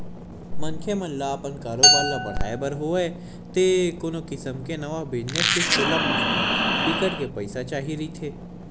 मनखे मन ल अपन कारोबार ल बड़हाय बर होवय ते कोनो किसम के नवा बिजनेस के खोलब म होवय बिकट के पइसा चाही रहिथे